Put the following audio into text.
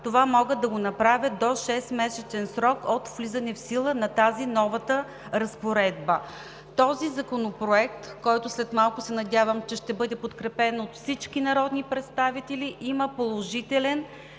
Това могат да го направят до 6 месечен срок от влизане в сила на тази нова разпоредба. Този законопроект, който след малко се надявам, че ще бъде подкрепен от народните представители, има положителен